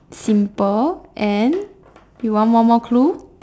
simple and you want one more clue